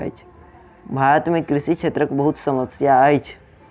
भारत में कृषि क्षेत्रक बहुत समस्या अछि